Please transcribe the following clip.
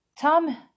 Tom